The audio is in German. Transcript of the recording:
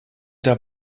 der